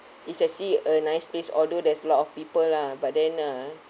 it's actually a nice place although there's a lot of people lah but then uh